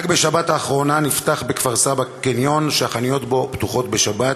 רק בשבת האחרונה נפתח בכפר-סבא קניון שהחנויות בו פתוחות בשבת,